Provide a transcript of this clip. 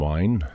Wine